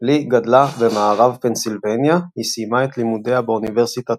לי גדלה במערב פנסילבניה היא סיימה את לימודיה באוניברסיטת